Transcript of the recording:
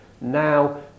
now